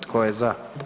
Tko je za?